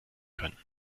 können